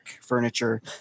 furniture